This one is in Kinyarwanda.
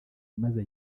maze